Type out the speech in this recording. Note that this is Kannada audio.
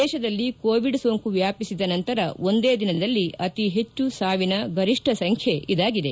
ದೇಶದಲ್ಲಿ ಕೋವಿಡ್ ಸೋಂಕು ವ್ಲಾಪಿಸಿದ ನಂತರ ಒಂದೇ ದಿನದಲ್ಲಿ ಅತಿ ಹೆಚ್ಚು ಸಾವಿನ ಗರಿಷ್ಟ ಸಂಬ್ಲೆ ಇದಾಗಿದೆ